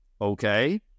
Okay